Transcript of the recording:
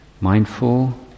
mindful